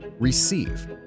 receive